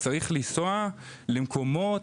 צריך לנסוע למקומות,